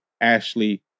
Ashley